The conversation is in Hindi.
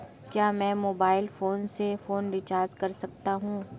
क्या मैं मोबाइल फोन से फोन रिचार्ज कर सकता हूं?